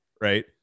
right